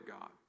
God